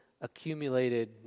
accumulated